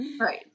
Right